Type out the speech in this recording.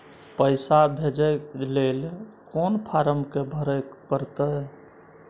पैसा भेजय लेल कोन फारम के भरय परतै?